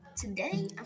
Today